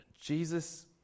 Jesus